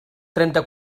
trenta